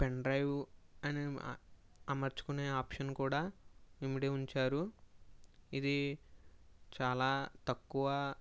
pen drive అనే అమర్చుకొనే option కూడా ఇమిడి ఉంచారు ఇది చాలా తక్కువ